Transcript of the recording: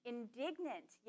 Indignant